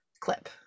clip